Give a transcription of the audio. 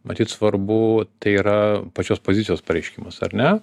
matyt svarbu tai yra pačios pozicijos pareiškimas ar ne